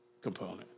component